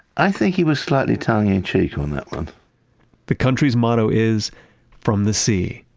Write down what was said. i think he was slightly tongue in cheek on that one the country's motto is from the sea,